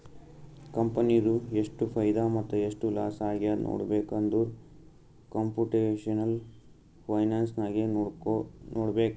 ಕಂಪನಿದು ಎಷ್ಟ್ ಫೈದಾ ಮತ್ತ ಎಷ್ಟ್ ಲಾಸ್ ಆಗ್ಯಾದ್ ನೋಡ್ಬೇಕ್ ಅಂದುರ್ ಕಂಪುಟೇಷನಲ್ ಫೈನಾನ್ಸ್ ನಾಗೆ ನೋಡ್ಬೇಕ್